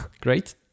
Great